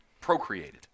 Procreated